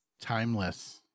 Timeless